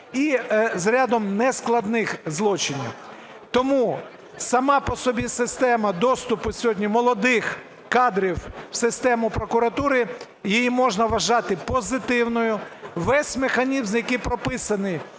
і з рядом нескладних злочинів. Тому сама по собі система доступу сьогодні молодих кадрів в систему прокуратури, її можна вважати позитивною. Весь механізм, який прописаний